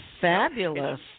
Fabulous